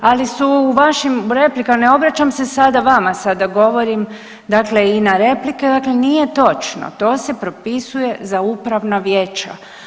Ali su u vašim replikama, ne obraćam se sada vama, sada govorim dakle i na replike, dakle nije točno, to se propisuje za upravna vijeća.